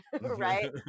right